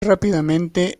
rápidamente